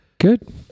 good